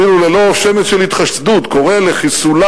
אפילו ללא שמץ של התחסדות, קורא לחיסולם